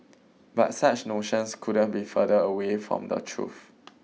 but such notions couldn't be further away from the truth